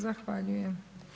Zahvaljujem.